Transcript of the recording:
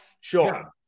sure